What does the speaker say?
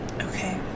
Okay